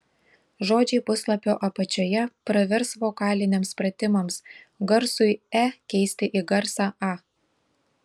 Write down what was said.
žodžiai puslapio apačioje pravers vokaliniams pratimams garsui e keisti į garsą a